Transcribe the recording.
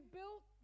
built